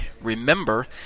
Remember